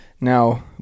Now